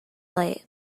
late